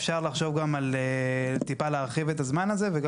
אפשר לחשוב גם על טיפה להרחיב את הזמן הזה וגם